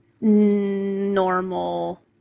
normal